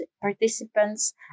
participants